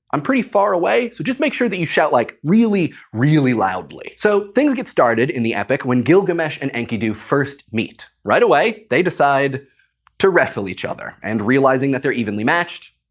i'm pretty far away, so just make sure that you shout, like, really, really loudly. so! things get started in the epic when gilgamesh and enkidu first meet. right away they decide to wrestle each other, and realizing that they're evenly matched,